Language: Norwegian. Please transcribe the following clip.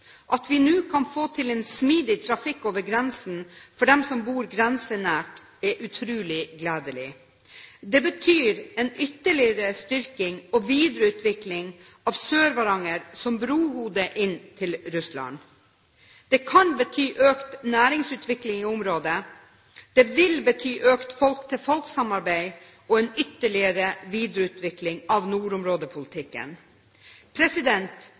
At vi nå kan få til en smidig trafikk over grensen for dem som bor grensenært, er utrolig gledelig. Det betyr en ytterligere styrking og videreutvikling av Sør-Varanger som brohode inn til Russland. Det kan bety økt næringsutvikling i området, det vil bety økt folk-til-folk-samarbeid og en ytterligere videreutvikling av nordområdepolitikken.